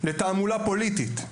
לתעמולה פוליטית,